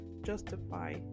justify